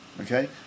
okay